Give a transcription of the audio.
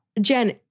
Jen